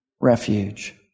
refuge